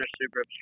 super